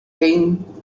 thinks